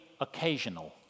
occasional